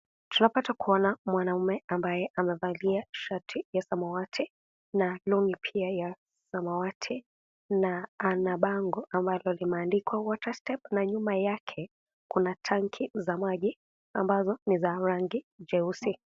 Tunapata kuona mwanaume ambaye amevalia shati ya samawati na long'i pia ya samawati, na ana bango ambalo limeandikwa water step na nyuma yake kuna tanki za maji, ambazo ni za rangi jeusi.